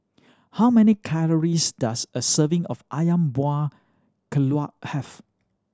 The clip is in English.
how many calories does a serving of Ayam Buah Keluak have